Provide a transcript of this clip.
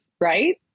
right